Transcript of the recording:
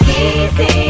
easy